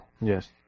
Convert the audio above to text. Yes